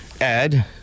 add